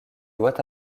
doit